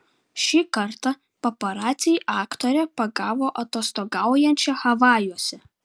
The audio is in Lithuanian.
šį kartą paparaciai aktorę pagavo atostogaujančią havajuose